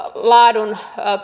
laadun